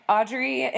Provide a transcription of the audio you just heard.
Audrey